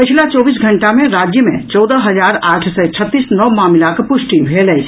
पछिला चौबीस घंटा मे राज्य मे चौदह हजार आठ सय छत्तीस नव मामिलाक पुष्टि भेल अछि